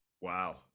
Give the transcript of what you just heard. Wow